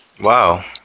Wow